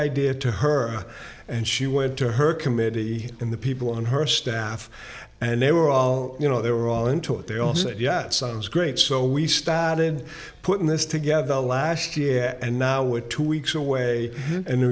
idea to her and she went to her committee in the people on her staff and they were all you know they were all into it they all said yes sounds great so we started putting this together last year and now we're two weeks away and the